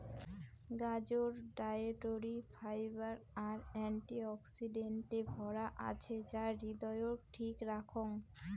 গাজর dietary fibre আর অ্যান্টি অক্সিডেন্টে ভরা আছে যা হৃদয়ক ঠিক রাখং